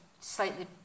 slightly